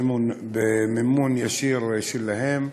במימון ישיר שלהם,